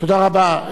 תודה רבה.